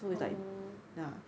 o